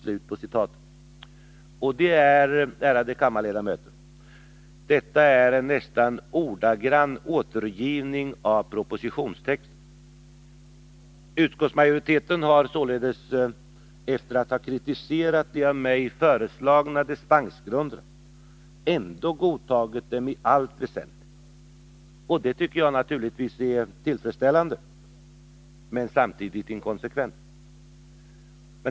— Detta är, ärade kammarledamöter, en nästan ordagrann återgivning av propositionstexten. Utskottsmajoriteten har således efter att ha kritiserat de av mig föreslagna dispensgrunderna ändå godtagit dem i allt väsentligt. Detta tycker jag naturligtvis är tillfredsställande men samtidigt inkonsekvent.